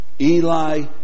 Eli